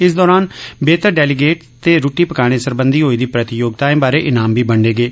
इस दौरान बेहतर डेलीगेट ते रुट्टी पकाने सरबंधी होई दी प्रतियोगिताएं बारै इनाम बी बंडे गे